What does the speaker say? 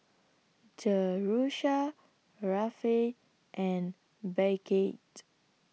Jerusha Rafe and Beckett